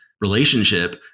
relationship